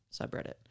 subreddit